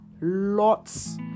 lots